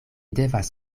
devas